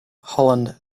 holland